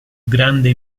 grande